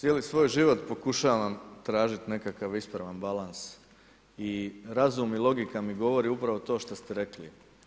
Cijeli svoj život pokušavam tražiti nekakav ispravan balans i razum i logika mi govori upravo to što ste rekli.